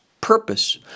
purpose